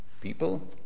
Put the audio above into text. people